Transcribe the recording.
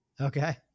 Okay